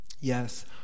Yes